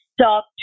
talk